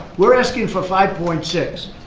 we're asking for five point six.